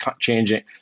changing